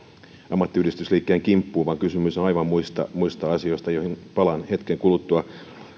ammattiyhdistysliikkeen kimppuun vaan kysymys on aivan muista muista asioista joihin palaan hetken kuluttua on